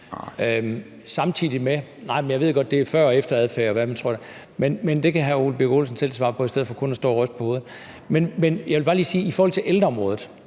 Olesen (LA): Nej). Jeg ved godt, at det handler om før og efter-adfærd, altså hvad man så tror dér, men det kan hr. Ole Birk Olesen svare på bagefter i stedet for at stå og ryste på hovedet. Men jeg vil bare lige sige i forhold til ældreområdet,